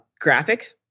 graphic